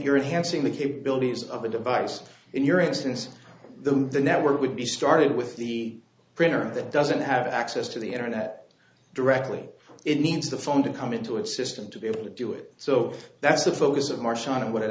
here hansing the capabilities of the device in your instance the network would be started with the printer that doesn't have access to the internet directly into the phone to come into a system to be able to do it so that's the focus of marsh on what it